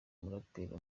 umuraperikazi